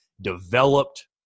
developed